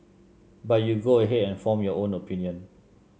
but you go ahead and form your own opinion